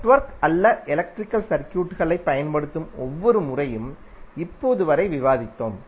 network அல்ல electrical சர்க்யூட்களைப் பயன்படுத்தும் ஒவ்வொரு முறையும் இப்போது வரை விவாதித்தோம்